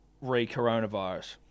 Re-coronavirus